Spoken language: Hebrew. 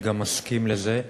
אני גם מסכים לזה,